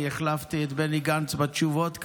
אני החלפתי את בני גנץ בתשובות כאן,